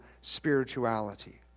spirituality